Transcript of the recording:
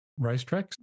racetracks